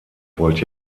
wollte